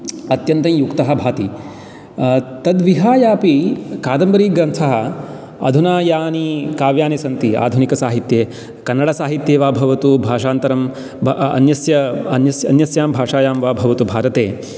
अत्यन्तयुक्तः भाति तद्विहायापि कादम्बरीग्रन्थः अधुना यानि काव्यानि सन्ति आधुनिकसाहित्ये कन्नडसाहित्ये वा भवतु भाषान्तरं वा अन्यस्यां भाषायां वा भवतु भारते